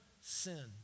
sin